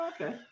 Okay